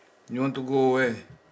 you want to go where